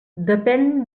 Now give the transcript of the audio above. depén